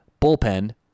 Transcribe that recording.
bullpen